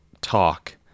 talk